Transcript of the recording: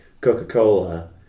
Coca-Cola